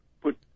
put